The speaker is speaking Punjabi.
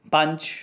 ਪੰਜ